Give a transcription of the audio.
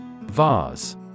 Vase